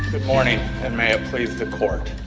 good morning, and may it please the court.